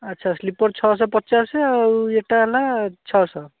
ଆଚ୍ଛା ସ୍ଲିପର୍ ଛଅଶହ ପଚାଶ ଆଉ ଏଇଟା ହେଲା ଛଅଶହ